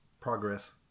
Progress